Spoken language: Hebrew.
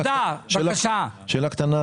שאלה קטנה